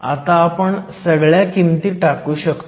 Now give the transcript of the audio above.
आता आपण सगळ्या किमती टाकू शकतो